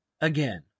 again